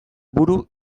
buru